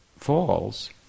Falls